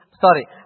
sorry